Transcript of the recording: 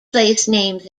placenames